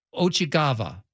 Ochigava